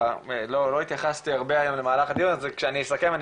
לא התייחסתי הרבה היום במהלך הדיון אז כשאני אסכם אני